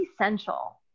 essential